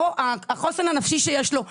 חוסן נפשי שיש לו.